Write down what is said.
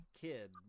Kid